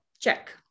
Check